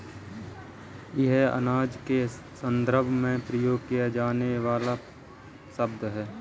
यह अनाज के संदर्भ में प्रयोग किया जाने वाला शब्द है